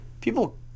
People